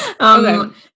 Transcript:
Okay